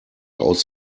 aus